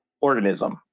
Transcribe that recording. organism